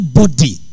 body